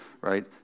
right